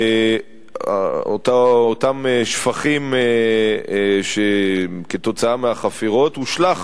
אותם שפכים כתוצאה מהחפירות, הושלך